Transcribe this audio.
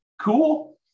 Cool